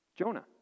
Jonah